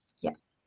Yes